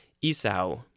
Esau